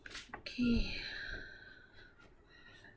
okay